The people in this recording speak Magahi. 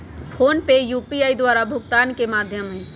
फोनपे यू.पी.आई द्वारा भुगतान के माध्यम हइ